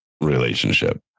relationship